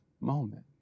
moment